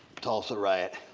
tulsa riot.